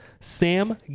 Sam